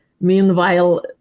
Meanwhile